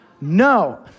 No